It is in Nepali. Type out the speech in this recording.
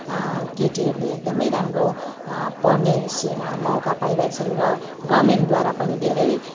केटीहरूले एकदमै राम्रो पढ्ने मौका पाइरहेछन् र गभर्मेन्टद्वारा पनि धेरै